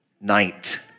night